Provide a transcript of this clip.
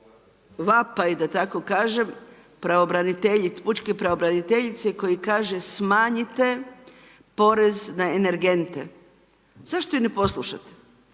vapaj da tako kažem, pučke pravobraniteljice koji kaže smanjite porez na energente. Zašto je ne poslušate?